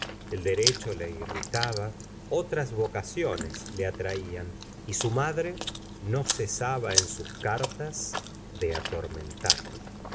el derecho le irritaba otras vocaciones le atraían y su madre no cesaba en sus cartas de atormentarle